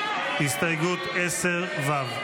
הסתייגות 10 ו'.